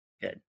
Good